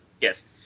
Yes